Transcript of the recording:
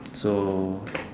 so